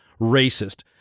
racist